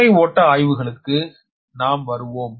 சுமை ஓட்ட ஆய்வுகளுக்கு நாம் வருவோம்